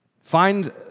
Find